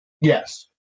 Yes